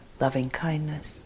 loving-kindness